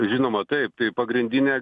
žinoma taip tai pagrindinė